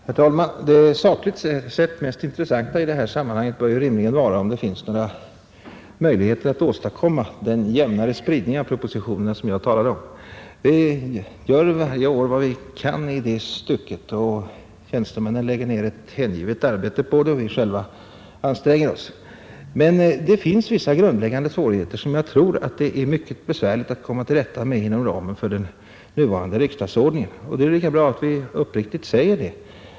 Herr talman! Det sakligt sett mest intressanta i detta sammanhang bör rimligen vara om det finns några möjligheter att åstadkomma den jämnare spridning av propositionerna som jag talade om. Vi gör varje år vad vi kan i det stycket, och tjänstemännen lägger ned ett hängivet arbete. Själva anstränger vi oss. Men det finns vissa grundläggande svårigheter som jag tror det är besvärligt att komma till rätta med inom ramen för den nuvarande riksdagsordningen. Det är kanske lika bra att vi uppriktigt säger detta.